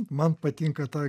man patinka ta